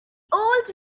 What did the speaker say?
old